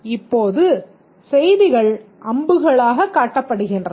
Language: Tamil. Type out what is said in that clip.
இப்போது செய்திகள் அம்புகளாகக் காட்டப்படுகின்றன